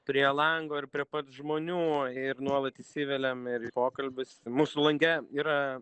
prie lango ir prie pat žmonių ir nuolat įsiveliam ir į pokalbius mūsų lange yra